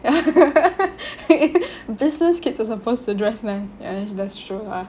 business kids are supposed to dress nice ya that's true lah